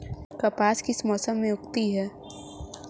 कपास किस मौसम में उगती है?